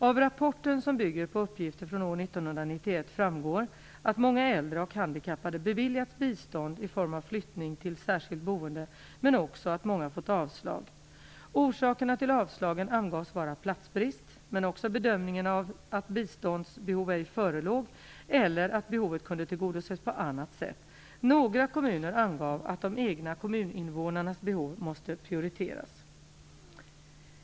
Av rapporten, som bygger på uppgifter från år 1991, framgår att många äldre och handikappade beviljats bistånd i form av flyttning till särskilt boende men också att många fått avslag. Orsakerna till avslagen angavs vara platsbrist men också bedömningen att biståndsbehov ej förelåg eller att behovet kunde tillgodoses på annat sätt. Några kommuner angav att de egna kommuninvånarnas behov måste prioriteras.